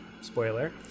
spoiler